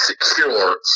secure